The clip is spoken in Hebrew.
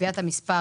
קביעת המספר